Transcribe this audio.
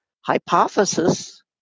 hypothesis